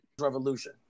...revolution